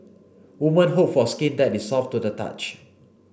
woman hope for skin that is soft to the touch